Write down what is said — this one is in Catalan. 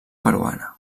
peruana